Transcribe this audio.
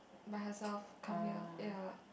by herself come here ya